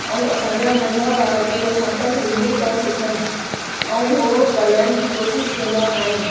ऐं असांजा नंढा ॿार बि असांखां सिंधी ता सिखण ऐं उहे ॻाल्हाइण जी कोशिश कंदा आहिनि